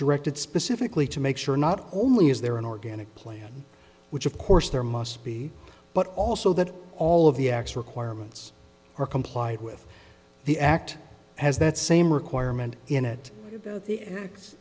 directed specifically to make sure not only is there an organic plan which of course there must be but also that all of the x requirements are complied with the act has that same requirement in it